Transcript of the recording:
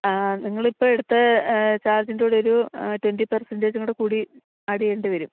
ആ നിങ്ങൾ ഇപ്പം എടുത്ത ചാർജിൻ്റെ കൂടെ ഒരു ട്വൻ്റി പെർസെൻ്റെജും കൂടി ആഡ് ചെയ്യേണ്ടി വരും